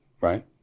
right